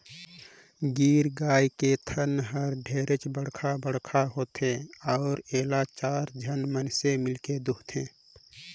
गीर गाय के थन हर ढेरे बड़खा बड़खा होथे अउ एला चायर झन मइनसे मिलके दुहथे